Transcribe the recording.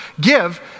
Give